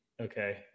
okay